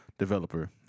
Developer